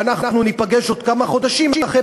ואנחנו ניפגש עוד כמה חודשים אחרי